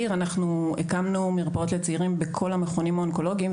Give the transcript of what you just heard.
הקמנו מרפאות לצעירים בכל המכונים האונקולוגיים,